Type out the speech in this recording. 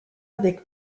avec